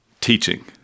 teaching